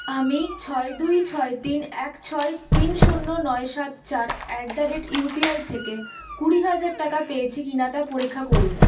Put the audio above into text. আমি ছয় দুই ছয় তিন এক ছয় তিন শূন্য নয় সাত চার অ্যাট দা রেট ইউপিআই থেকে কুড়ি হাজার টাকা পেয়েছি কি না তা পরীক্ষা করুন